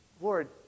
Lord